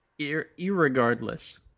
irregardless